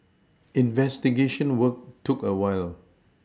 investigation work took a while